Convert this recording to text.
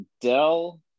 Dell